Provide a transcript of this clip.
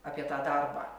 apie tą darbą